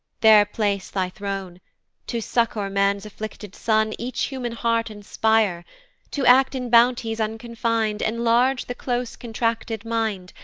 there place thy throne to succour man's afflicted son each human heart inspire to act in bounties unconfin'd enlarge the close contracted mind,